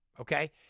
Okay